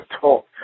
talk